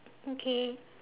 okay